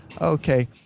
okay